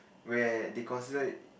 where they consider it